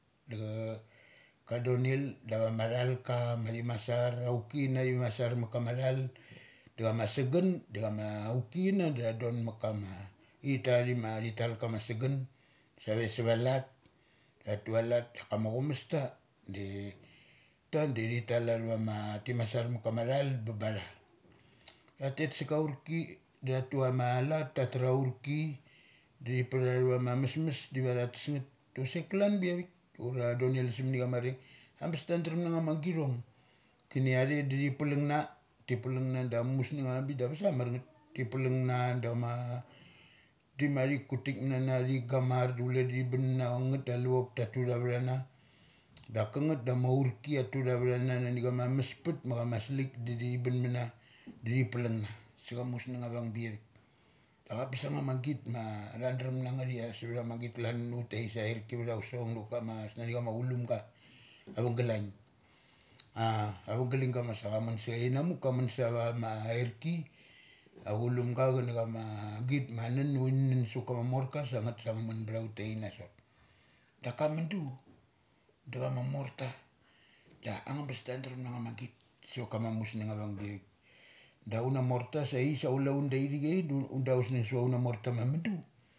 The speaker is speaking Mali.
Da ka donel da vama thal kama thi masar aurki chana thi masar ma kama thal da chama sagun da cha ma auki chana da thadon ma kama ita thi ma thi tal kamas sagun, save sa va let da tha tualat da chama aumasta detha detha di thi tal athavama ti meas arma kamathul da batha tatet sa kaurki da thatu ama lat da tha tar aurki da thia puth athava mamesmes, diva tha tesngeth kusek kalan biavik. Uratha donel sa muni amareng, abes ta drum na ma githong kini athe da thi palung na. Ti plungana da amusng avabik da bes a mar nget. Ti plungna da ma tikut tik ka na na thi gamar du chule da tha bun ma na, thi gamar da chule da thi bun mana, angnachat da aluchop ta tu thavtha na dark kangeth da ama aurki chia tu tha vthana nani ama masput ma chama slik athi bunmana dathi plung na sacha musnung avang biavik. Angabes anga magit ma tha drum na ngethia suvth amagit klan ut ta ithik sa airki su va usochong va kama snani chama chulumga ava galaing. A ava gailinga ga masa cha munsa chain na muk, ka mun sa va ma airki aculumga chana chama git ma nun, uthi nun suavaka morka da ngatha sa nga mun btha ut taithik an sot. Daka mundu da chama morta da angabes tandrem na nga ma git savat kama musnung avung biavik. Da una morta saithik sa chule unda ithichai do undausnung sava una morta ma mundu.